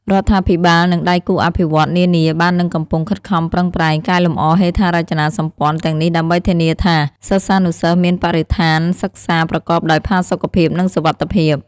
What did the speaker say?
រដ្ឋាភិបាល និងដៃគូអភិវឌ្ឍន៍នានាបាននិងកំពុងខិតខំប្រឹងប្រែង កែលម្អហេដ្ឋារចនាសម្ព័ន្ធ ទាំងនេះដើម្បីធានាថា សិស្សានុសិស្សមានបរិស្ថានសិក្សាប្រកបដោយផាសុកភាព និងសុវត្ថិភាព។